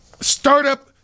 Startup